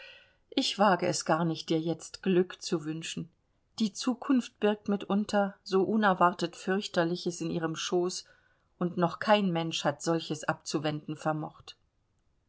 ich wage es gar nicht dir jetzt glück zu wünschen die zukunft birgt mitunter so unerwartet fürchterliches in ihrem schoß und noch kein mensch hat solches abzuwenden vermocht